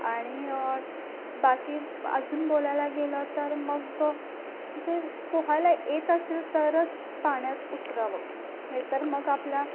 आणि बाकी अजून बोलायला गेलं तर मग जे पोहायला येत असेल तरच पाण्यात उतरावं नाहीतर मग आपल्या